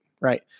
Right